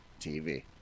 TV